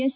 S